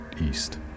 east